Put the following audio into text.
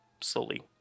slowly